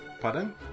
Pardon